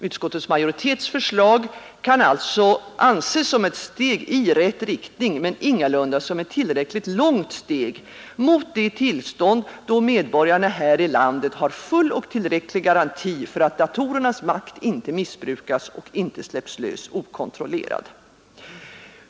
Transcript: Utskottsmajoritetens förslag kan alltså anses som ett steg i rätt riktning, men ingalunda som ett tillräckligt långt steg, mot det tillstånd då medborgarna här i landet har full och tillräcklig garanti för att datorernas makt inte missbrukas och inte släpps lös okontrollerad.